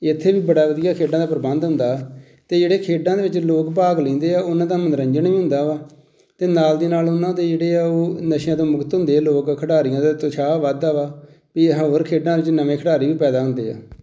ਇੱਥੇ ਵੀ ਬੜਾ ਵਧੀਆ ਖੇਡਾਂ ਦਾ ਪ੍ਰਬੰਧ ਹੁੰਦਾ ਅਤੇ ਜਿਹੜੇ ਖੇਡਾਂ ਦੇ ਵਿੱਚ ਲੋਕ ਭਾਗ ਲੈਂਦੇ ਆ ਉਹਨਾਂ ਦਾ ਮਨੋਰੰਜਨ ਵੀ ਹੁੰਦਾ ਵਾ ਅਤੇ ਨਾਲ ਦੀ ਨਾਲ ਉਹਨਾਂ ਦੇ ਜਿਹੜੇ ਆ ਉਹ ਨਸ਼ਿਆਂ ਤੋਂ ਮੁਕਤ ਹੁੰਦੇ ਲੋਕ ਖਿਡਾਰੀਆਂ ਦਾ ਉਤਸ਼ਾਹ ਵੱਧਦਾ ਵਾ ਹੋਰ ਖੇਡਾਂ ਵਿੱਚ ਨਵੇਂ ਖਿਡਾਰੀ ਵੀ ਪੈਦਾ ਹੁੰਦੇ ਆ